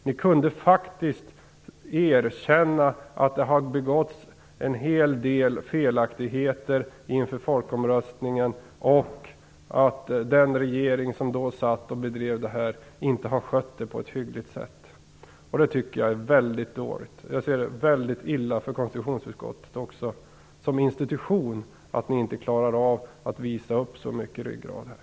Ni borde faktiskt erkänna att det har begåtts en hel del felaktigheter inför folkomröstningen och att den då sittande regeringen inte har skött detta på ett hyggligt sätt. Det är också väldigt illa att konstitutionsutskottet som institution inte klarar av att visa upp så pass mycket ryggrad här.